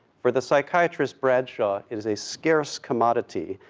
for the psychiatrist, bradshaw, it is a scarce commodity,